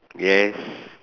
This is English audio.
yes